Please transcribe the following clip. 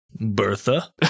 Bertha